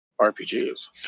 rpgs